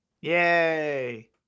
Yay